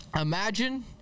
imagine